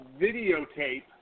videotape